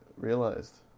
realized